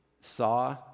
Saw